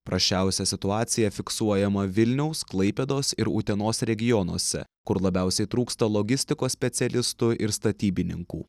prasčiausia situacija fiksuojama vilniaus klaipėdos ir utenos regionuose kur labiausiai trūksta logistikos specialistų ir statybininkų